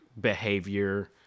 behavior